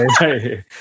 Right